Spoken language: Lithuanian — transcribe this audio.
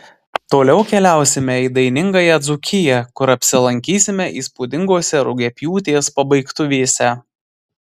toliau keliausime į dainingąją dzūkiją kur apsilankysime įspūdingose rugiapjūtės pabaigtuvėse